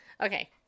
Okay